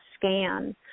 scan